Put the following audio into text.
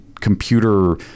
computer